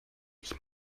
ich